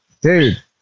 Dude